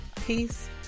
peace